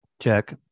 Check